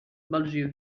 malzieu